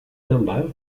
number